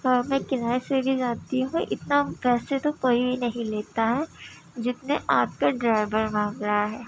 اور میں کرائے سے بھی جاتی ہوں اتنا پیسے تو کوئی نہیں لیتا ہے جتنے آپ کا ڈرائیبر مانگ رہا ہے